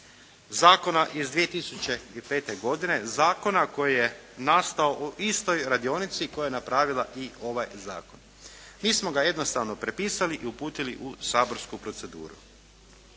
zakona iz 2005. godine, zakona koji je nastao u istoj radionici koja je napravila i ovaj zakon. Mi smo ga jednostavno prepisali i uputili u saborsku proceduru